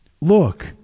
Look